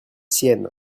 siennes